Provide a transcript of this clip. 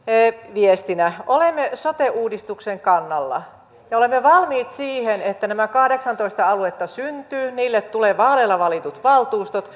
viestinä olemme sote uudistuksen kannalla ja olemme valmiit siihen että nämä kahdeksantoista aluetta syntyy niille tulee vaaleilla valitut valtuustot